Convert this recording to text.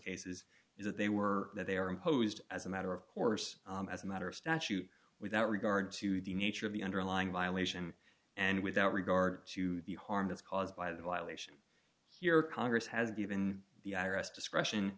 is that they were that they are imposed as a matter of course as a matter of statute without regard to the nature of the underlying violation and without regard to the harm that's caused by the violation here congress has given the i r s discretion